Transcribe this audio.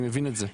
אני מבין את זה,